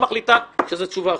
אחד מחליט שהיא א',